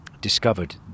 discovered